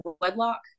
wedlock